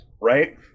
Right